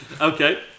Okay